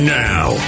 now